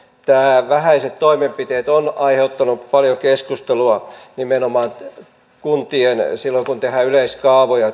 tämä vähäiset toimenpiteet on aiheuttanut paljon keskustelua nimenomaan siitä mitä ne tarkoittavat silloin kun kunnissa tehdään yleiskaavoja